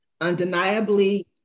Undeniably